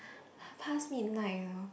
past midnight you know